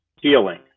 Healing